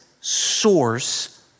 source